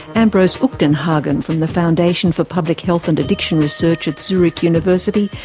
ambros uchtenhagen from the foundation for public health and addiction research at zurich university,